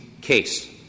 case